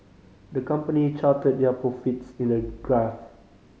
the company charted their profits in a graph